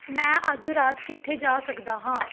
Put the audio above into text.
ਮੈਂ ਅੱਜ ਰਾਤ ਕਿੱਥੇ ਜਾ ਸਕਦਾ ਹਾਂ